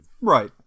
Right